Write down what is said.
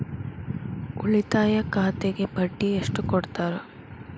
ಉಳಿತಾಯ ಖಾತೆಗೆ ಬಡ್ಡಿ ಎಷ್ಟು ಕೊಡ್ತಾರ?